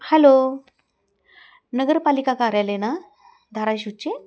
hello नगरपालिका कार्यालय ना धाराशिवचे